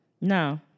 No